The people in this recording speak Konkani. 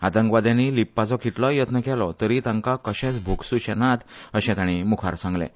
आंतकवाद्यांनी लिपपाचो कितलोय यत्न केलो तरीय तांका कशेच भोगसुचे नांत अशें तांणी मुखार सांगलें